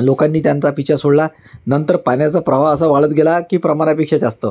लोकांनी त्यांचा पिच्छा सोडला नंतर पाण्याचा प्रवाह असा वाढत गेला की प्रमाणापेक्षा जास्त